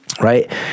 Right